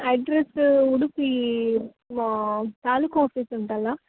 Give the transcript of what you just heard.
address Udupi taluk office ಉಂಟಲ್ಲ